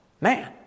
man